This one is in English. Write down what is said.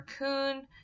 raccoon